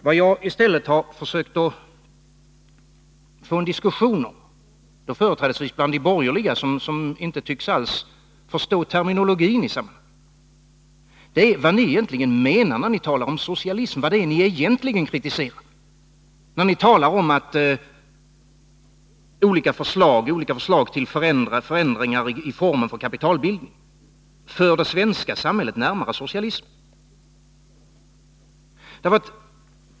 Vad jag i stället har försökt att få en diskussion om, företrädesvis bland de borgerliga, som inte alls tycks förstå terminologin, är vad ni egentligen menar när ni talar om socialism och vad det egentligen är ni kritiserar när ni säger att olika förslag till förändringar i formerna för kapitalbildningen för det svenska samhället närmare socialismen.